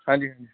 ਹਾਂਜੀ ਹਾਂਜੀ